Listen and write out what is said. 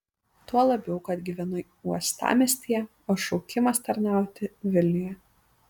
tuo labiau kad gyvenu uostamiestyje o šaukimas tarnauti vilniuje